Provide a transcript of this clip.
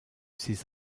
ses